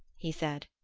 he said.